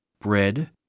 bread